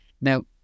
Now